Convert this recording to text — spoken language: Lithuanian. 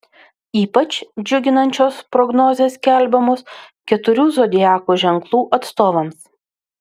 ypač džiuginančios prognozės skelbiamos keturių zodiako ženklų atstovams